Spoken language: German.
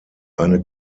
eine